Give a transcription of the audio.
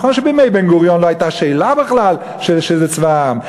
נכון שבימי בן-גוריון לא הייתה שאלה בכלל שזה צבא העם,